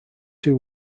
two